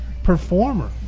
Performer